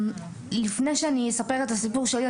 לפני שאספר את הסיפור שלי,